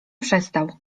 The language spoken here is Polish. przestał